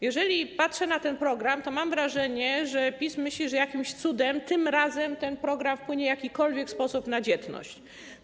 Jeżeli patrzę na ten program, to mam wrażenie, że PiS myśli, że jakimś cudem tym razem ten program wpłynie w jakikolwiek sposób na dzietność.